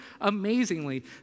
amazingly